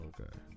Okay